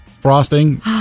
frosting